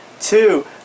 Two